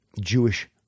Jewish